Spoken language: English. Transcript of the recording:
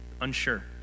unsure